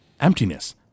emptiness